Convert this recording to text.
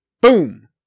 Boom